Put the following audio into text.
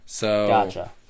Gotcha